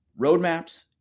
roadmaps